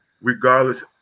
regardless